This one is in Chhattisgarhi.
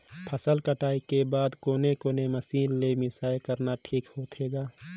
फसल कटाई के बाद कोने कोने मशीन ले मिसाई करना ठीक होथे ग?